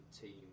team